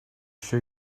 sure